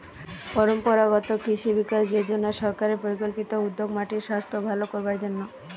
পরম্পরাগত কৃষি বিকাশ যজনা সরকারের পরিকল্পিত উদ্যোগ মাটির সাস্থ ভালো করবার জন্যে